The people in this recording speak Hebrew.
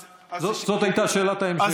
אבל בכלל, אז, זאת הייתה שאלת ההמשך.